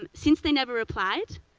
um since they never replied,